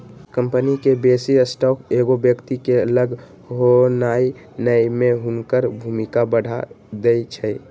company के बेशी stock एगो व्यक्ति के लग होनाइ नयन में हुनकर भूमिका बढ़ा देइ छै